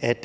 at